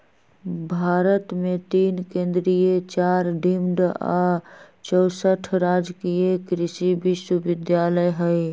भारत मे तीन केन्द्रीय चार डिम्ड आ चौसठ राजकीय कृषि विश्वविद्यालय हई